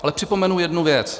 Ale připomenu jednu věc.